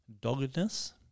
doggedness